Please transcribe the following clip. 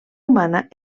humana